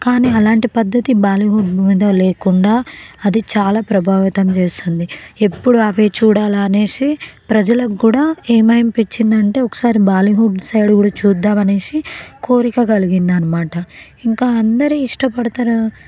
కానీ అలాంటి పద్ధతి బాలీవుడ్ మూవీలో లేకుండా అది చాలా ప్రభావితం చేస్తుంది ఎప్పుడూ అవే చూడాలా అనేసి ప్రజలకు కూడా ఏంమైపించిందంటే ఒకసారి బాలీవుడ్ సైడ్ కూడా చూద్దామనేసి కోరిక కలిగిందనమాట ఇంకా అందరూ ఇష్టపడతారు